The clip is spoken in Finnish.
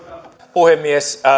puhemies